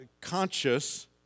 conscious